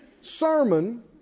sermon